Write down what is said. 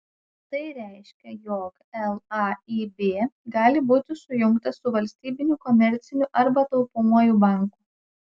tai reiškia jog laib gali būti sujungtas su valstybiniu komerciniu arba taupomuoju banku